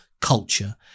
culture